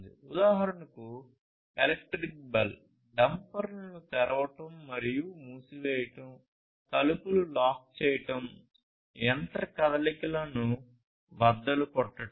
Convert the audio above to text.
ఉదాహరణకు electric bell డంపర్లను తెరవడం మరియు మూసివేయడం తలుపులు లాక్ చేయడం యంత్ర కదలికలను బద్దలు కొట్టడం